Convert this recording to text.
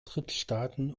drittstaaten